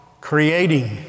creating